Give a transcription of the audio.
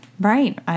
right